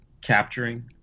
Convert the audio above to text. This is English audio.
capturing